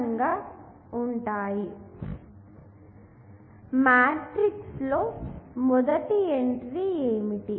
కాబట్టిమాట్రిక్స్ లో మొదటి ఎంట్రీ ఏమిటి